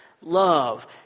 love